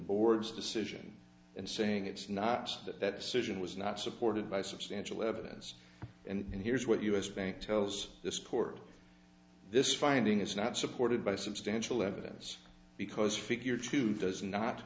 board's decision and saying it's not that that susan was not supported by substantial evidence and here's what u s bank tells this court this finding is not supported by substantial evidence because figure two does not